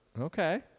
Okay